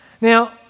Now